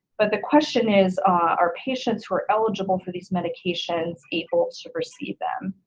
but the question is are patients who are eligible for these medications able to receive them?